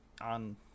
on